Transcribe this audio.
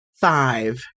Five